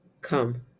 Come